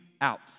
out